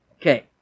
Okay